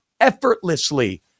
effortlessly